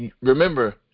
remember